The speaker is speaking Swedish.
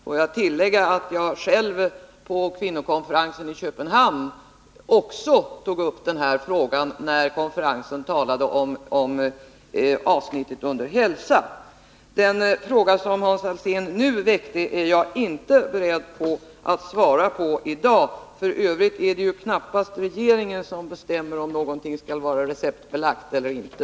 Får jag tillägga att jag själv vid kvinnokonferensen i Köpenhamn också tog upp den här frågan när konferensen talade om hälsa. Den fråga som Hans Alsén nu väckte är jag inte beredd att svara på i dag. F. ö. är det knappast regeringen som bestämmer om någonting skall vara receptbelagt eller inte.